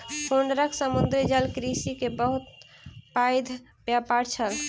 हुनकर समुद्री जलकृषि के बहुत पैघ व्यापार छल